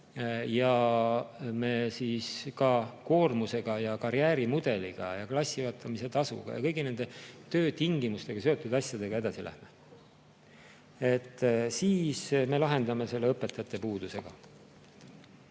ja kui ka koormuse ja karjäärimudeli ja klassijuhatamise tasu ja kõigi nende töötingimustega seotud asjadega edasi läheme, siis me lahendame selle õpetajate puuduse ka.